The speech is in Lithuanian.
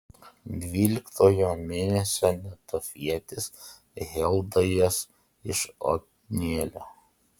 dvyliktojo mėnesio netofietis heldajas iš otnielio